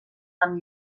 amb